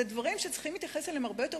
אלה דברים שצריכים להתייחס אליהם בהרבה יותר